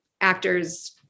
actors